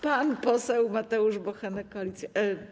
Pan poseł Mateusz Bochenek, Koalicja.